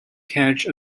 catch